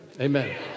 Amen